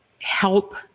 help